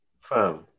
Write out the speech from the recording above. Fam